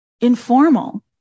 informal